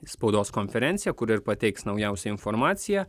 spaudos konferenciją kur ir pateiks naujausią informaciją